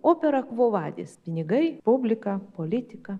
opera kvovadis pinigai publika politika